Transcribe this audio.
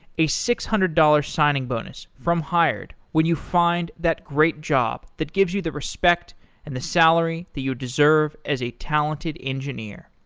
a six hundred dollars signing bonus from hired when you find that great job that gives you the respect and the salary that you deserve as a talented engineer.